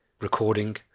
Recording